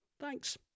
thanks